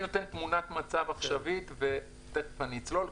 אני אתן תמונת מצב עכשווית ותכף אני אצלול.